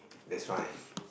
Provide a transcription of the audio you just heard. that's why